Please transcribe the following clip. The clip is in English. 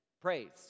Praise